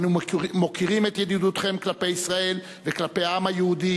אנו מוקירים את ידידותכם כלפי ישראל וכלפי העם היהודי